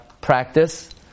practice